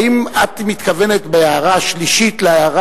האם את מתכוונת בהערה השלישית להערה